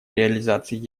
реализации